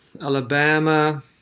Alabama